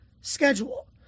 schedule